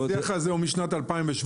השיח הזה הוא משנת 2017,